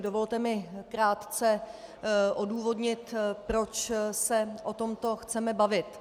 Dovolte mi krátce odůvodnit, proč se o tomto chceme bavit.